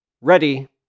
Ready